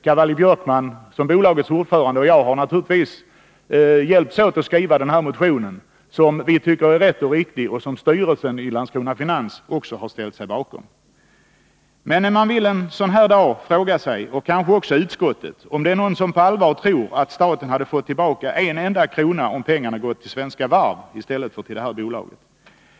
Cavalli-Björkman, såsom bolagets ordförande, och jag har naturligtvis hjälpts åt att skriva motionen, som vi tycker är riktig och som också styrelsen i Landskrona Finans har ställt sig bakom. Men man vill en sådan här dag fråga sig och kanske också utskottet om det är någon som på allvar tror att staten hade fått tillbaka en enda krona om pengarna gått till Svenska Varv i stället för till det här bolaget.